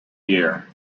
year